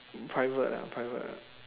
private ah private ah